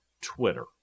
Twitter